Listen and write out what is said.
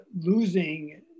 losing